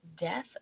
Death